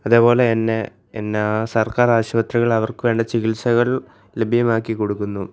അതേപോലെ തന്നെ എന്താണ് സർക്കാർ ആശുപത്രികൾ അവർക്ക് വേണ്ട ചികിത്സകൾ ലഭ്യമാക്കി കൊടുക്കുന്നു